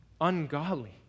ungodly